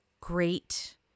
great